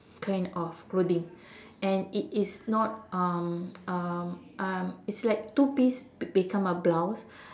kind of clothing and it is not um um um it's like two piece become a blouse